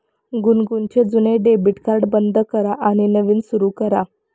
गुनगुनचे जुने debit card बंद करा आणि नवीन सुरू करा